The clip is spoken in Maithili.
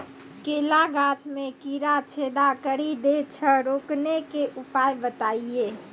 केला गाछ मे कीड़ा छेदा कड़ी दे छ रोकने के उपाय बताइए?